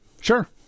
Sure